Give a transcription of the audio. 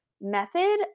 method